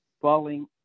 falling